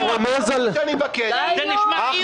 זה נשמע איום.